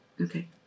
Okay